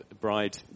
bride